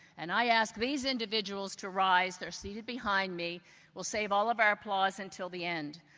and i ask these individuals to rise they're seated behind me we'll save all of our applause until the end.